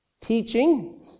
Teaching